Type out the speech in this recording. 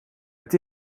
het